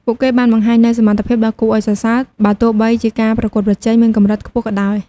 ពួកគេបានបង្ហាញនូវសមត្ថភាពដ៏គួរឱ្យសរសើរ បើទោះបីជាការប្រកួតប្រជែងមានកម្រិតខ្ពស់ក៏ដោយ។